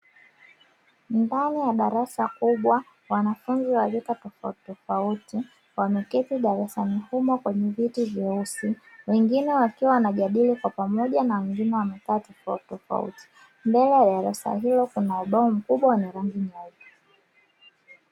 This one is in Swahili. Mfano wa darasa kubwa, wanafunzi wa rika tofauti tofauti wameketi darasani humo kwenye viti veusi, wengine wakiwa wanajadili kwa pamoja na wengine wakiwa wamekaa tofauti tofauti, mbele ya darasa hilo kuna ubao mkubwa wa rangi nyeupe.